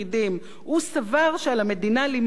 הוא סבר שעל המדינה למנוע את זה,